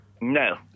No